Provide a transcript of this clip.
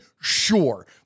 Sure